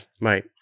right